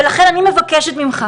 ולכן אני מבקשת ממך,